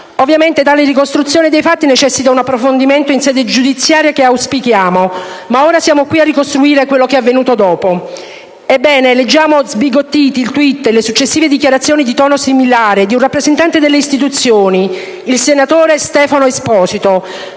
Ovviamente tale ricostruzione dei fatti necessita un approfondimento in sede giudiziaria, che auspichiamo. Ma ora siamo qui a ricostruire quello che è avvenuto dopo. Ebbene, leggiamo sbigottiti il *tweet* e le successive dichiarazioni di tono similare di un rappresentante delle istituzioni, il senatore Stefano Esposito,